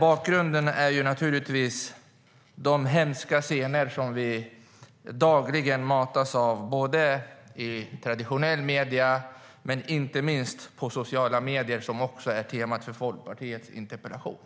Bakgrunden är naturligtvis de hemska scener som vi dagligen matas med både i traditionella medier och inte minst i sociala medier, vilket också är temat för Folkpartiets interpellation.